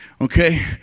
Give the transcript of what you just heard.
Okay